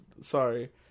sorry